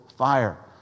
fire